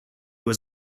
was